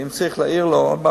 אם נעיר לו, אני